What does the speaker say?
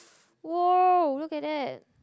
!woah! look at that